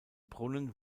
brunnen